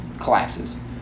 collapses